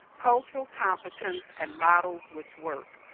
cultural competence, and models which work.